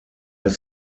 high